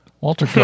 Walter